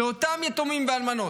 שאותם יתומים ואלמנות,